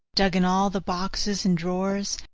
dug in all the boxes and drawers,